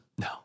No